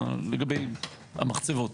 לגבי המחצבות.